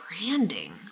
Branding